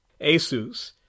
Asus